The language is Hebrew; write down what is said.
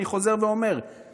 אני חוזר ואומר,